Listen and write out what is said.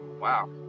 Wow